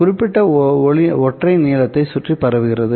குறிப்பிட்ட ஒற்றை நீளத்தை சுற்றி பரவுகிறது